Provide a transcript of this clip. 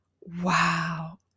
wow